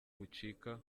bucika